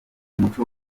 umuco